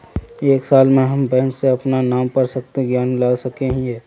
एक साल में हम बैंक से अपना नाम पर कते ऋण ला सके हिय?